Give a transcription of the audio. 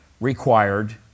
required